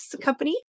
Company